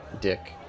dick